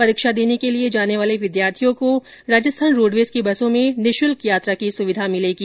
परीक्षा देने के लिए जाने वाले विद्यार्थियों को राजस्थान रोडवेज की बसों में निःशुल्क यात्रा की सुविधा दी जाएगी